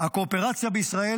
"הקואופרציה בישראל,